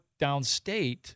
downstate